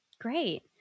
great